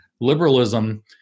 liberalism